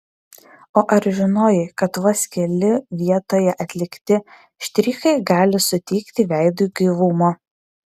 o ar žinojai kad vos keli vietoje atlikti štrichai gali suteikti veidui gaivumo